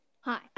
Hi